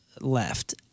left